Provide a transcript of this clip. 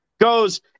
goes